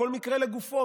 כל מקרה לגופו,